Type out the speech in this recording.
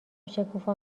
شکوفا